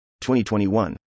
2021